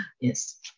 Yes